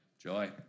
Joy